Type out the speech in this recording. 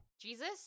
Jesus